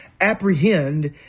apprehend